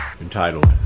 entitled